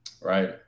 Right